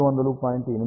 మరియు మీరు 808